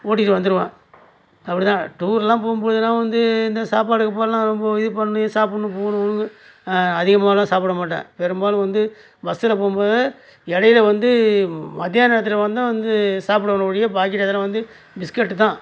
ஓட்டிட்டு வந்துடுவேன் அப்படிதான் டூர்லாம் போகும்போதுலாம் வந்து இந்த சாப்பாடு கீப்பாடுலாம் ரொம்ப இது பண்ணி சாப்பிட்ணும் போகணும் அதிகமாகலாம் சாப்பிட மாட்டேன் பெரும்பாலும் வந்து பஸ்சில் போகும்போது இடையில வந்து மத்தியான நேரத்தில் வேணுன்னால் வந்து சாப்பிடுவேனே ஒழிய பாக்கி வந்து பிஸ்கெட்டு தான்